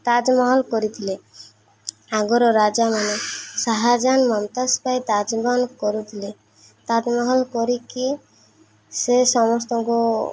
ତାଜମହଲ କରିଥିଲେ ଆଗର ରାଜାମାନେ ଶାହାଜାହାନ ମମତାଜ ପାଇଁ ତାଜମହଲ କରୁଥିଲେ ତାଜମହଲ କରିକି ସେ ସମସ୍ତଙ୍କୁ